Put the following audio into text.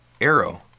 Arrow